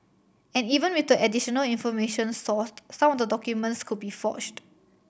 and even with the additional information sourced some of the documents could be forged